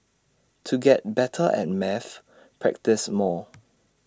to get better at maths practise more